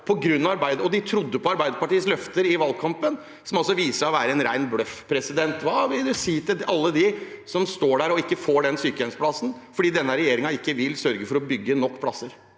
De trodde på Arbeiderpartiets løfter i valgkampen, som altså viser seg å være en ren bløff. Hva vil man si til alle dem som står der og ikke får sykehjemsplass fordi denne regjeringen ikke vil sørge for å bygge nok plasser?